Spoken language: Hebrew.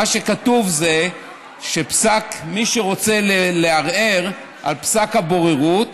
כתוב שמי שרוצה לערער על פסק הבוררות